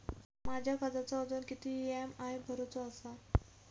माझ्या कर्जाचो अजून किती ई.एम.आय भरूचो असा?